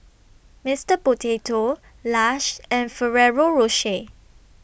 Mister Potato Lush and Ferrero Rocher